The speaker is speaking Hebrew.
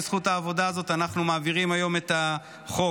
בזכות העבודה הזאת אנחנו מעבירים היום את החוק.